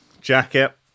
jacket